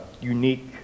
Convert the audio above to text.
unique